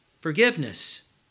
Forgiveness